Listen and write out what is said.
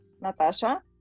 Natasha